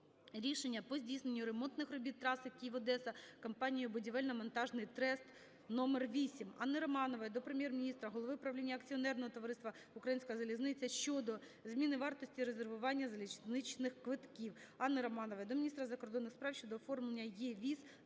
рішення по здійсненню ремонтних робіт траси "Київ-Одеса" компанією "Будівельно-монтажний трест №8". Анни Романової до Прем'єр-міністра, голови правління акціонерного товариства "Українська залізниця" щодо зміни вартості резервування залізничних квитків. Анни Романової до міністра закордонних справ щодо оформлення е-Віз